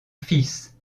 fils